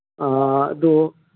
ꯑꯥ ꯑꯗꯨ